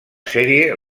sèrie